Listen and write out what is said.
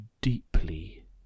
deeply